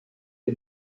die